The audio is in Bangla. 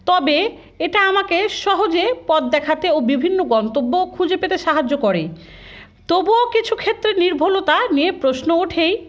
তবে এটা আমাকে সহজে পদ দেখাতে ও বিভিন্ন গন্তব্য খুঁজে পেতে সাহায্য করে তবুও কিছু ক্ষেত্রে নির্ভলতা নিয়ে প্রশ্ন ওঠেই